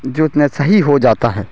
جو اتنا صحیح ہو جاتا ہے